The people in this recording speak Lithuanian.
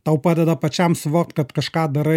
tau padeda pačiam suvokt kad kažką darai